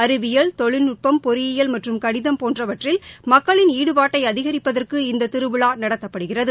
அறிவியல் தொழில்நுட்பம் பொறியியல் மற்றும் கணிதம் போன்றவற்றில் மக்களின் ஈடுபாட்டை அதிகரிப்பதற்கு இந்த திருவிழா நடத்தப்படுகிறது